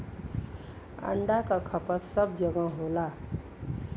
अंडा क खपत सब जगह होला